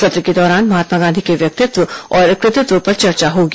सत्र के दौरान महात्मा गांधी के व्यक्तित्व और कृतित्व पर चर्चा होगी